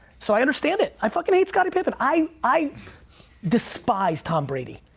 so, i understand it. i fucking hate scotty pippin. i i despise tom brady.